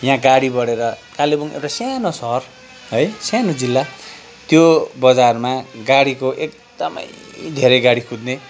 यहाँ गाडी बढेर कालेबुङ एउटा सानो सहर है सानो जिल्ला त्यो बजारमा गाडीको एकदमै धेरै गाडी कुद्ने